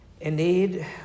Indeed